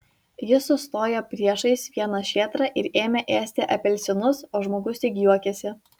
jis sustojo priešais vieną šėtrą ir ėmė ėsti apelsinus o žmogus tik juokėsi